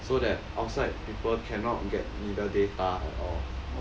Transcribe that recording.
so that outside people cannot get 你的 data at all